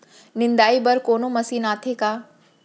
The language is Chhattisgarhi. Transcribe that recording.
निंदाई बर कोनो मशीन आथे का?